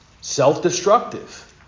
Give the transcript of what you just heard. Self-destructive